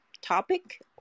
topic